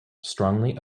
strongly